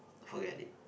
forget it